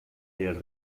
del